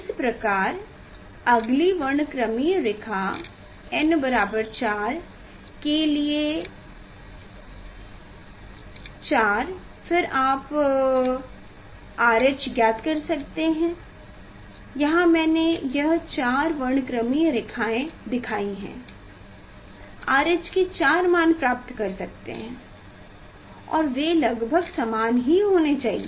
इसे प्रकार अगली वर्णक्रमीय रेखा n बराबर 4 के लिए 4 फिर आप RH ज्ञात कर सकते हैं यहां मैंने यह 4 वर्णक्रमीय रेखाएं दिखाई हैं RH के चार मान आप प्राप्त कर सकते हैं और वे लगभग समान ही होंने चाहिए